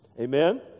Amen